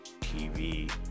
TV